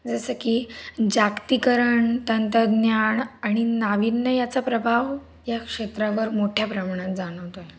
जसं की जागतिकीकरण तंत्रज्ञान आणि नाविन्य यांचा प्रभाव या क्षेत्रावर मोठ्या प्रमाणात जाणवतो आहे